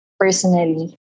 personally